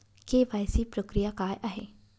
KYC प्रक्रिया काय आहे?